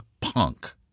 punk